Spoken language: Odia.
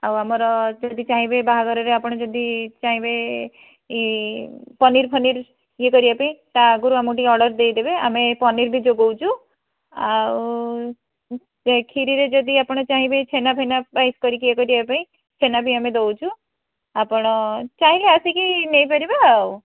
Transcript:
ଆଉ ଆମର ଯଦି ଚାହିଁବେ ବାହାଘରରେ ଆପଣ ଯଦି ଚାହିଁବେ ପନିର୍ ଫନିର୍ ଇଏ କରିବାପାଇଁ ତା ଆଗରୁ ଆମକୁ ଟିକିଏ ଅର୍ଡ଼ର ଦେଇଦେବେ ଆମେ ପନିର୍ ବି ଯୋଗାଉଛୁ ଆଉ କ୍ଷିରିରେ ଯଦି ଆପଣ ଚାହିଁବେ ଛେନା ଫେନା ପାୟସ୍ କରିକି ଇଏ କରିବା ପାଇଁ ଛେନା ବି ଆମେ ଦେଉଛୁ ଆପଣ ଚାହିଁଲେ ଆସିକି ନେଇପାରିବେ ଆଉ